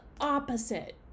opposite